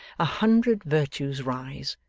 a hundred virtues rise,